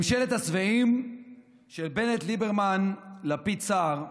ממשלת השבעים של בנט, ליברמן, לפיד, סער,